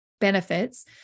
benefits